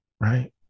Right